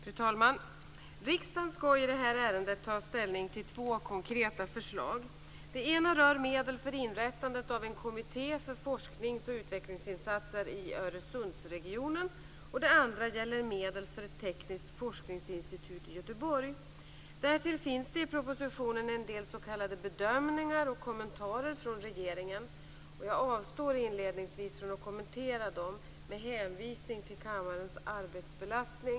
Fru talman! Riksdagen skall i det här ärendet ta ställning till två konkreta förslag. Det ena rör medel för inrättandet av en kommitté för forsknings och utvecklingsinsatser i Öresundsregionen. Det andra gäller medel för ett tekniskt forskningsinstitut i Göteborg. Därtill finns det i propositionen en del s.k. bedömningar och kommentarer från regeringen. Jag avstår inledningsvis från att kommentera dem med hänvisning till kammarens arbetsbelastning.